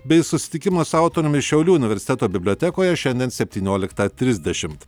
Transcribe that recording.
bei susitikimas autoriumi šiaulių universiteto bibliotekoje šiandien septynioliktą trisdešimt